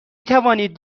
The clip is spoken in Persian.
توانید